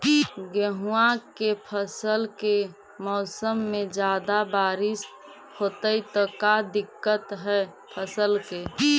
गेहुआ के फसल के मौसम में ज्यादा बारिश होतई त का दिक्कत हैं फसल के?